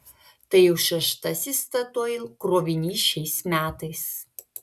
tai jau šeštasis statoil krovinys šiais metais